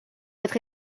être